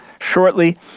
shortly